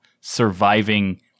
surviving